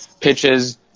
pitches